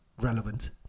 relevant